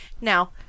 Now